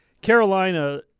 Carolina